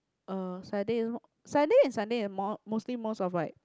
uh Saturday Saturday and Sunday more mostly most of like